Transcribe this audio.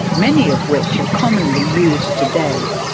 many of which are commonly used today.